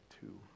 two